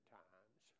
times